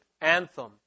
anthem